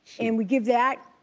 and we give that.